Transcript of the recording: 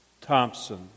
Thompson